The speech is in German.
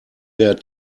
der